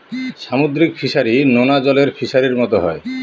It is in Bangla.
সামুদ্রিক ফিসারী, নোনা জলের ফিসারির মতো হয়